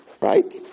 right